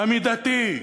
המידתי,